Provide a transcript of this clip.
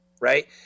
right